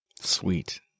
Sweet